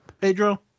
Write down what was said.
Pedro